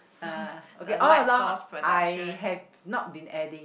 uh okay all along I have not been adding